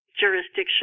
jurisdiction